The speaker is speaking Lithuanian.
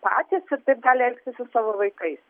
patys ir taip gali elgtis su savo vaikais